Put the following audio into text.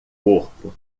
corpo